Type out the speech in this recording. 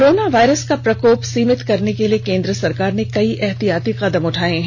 corona virus का प्रकोप सीमित करने के लिए केंद्र सरकार ने कई ऐहतियाती कदम उठाए हैं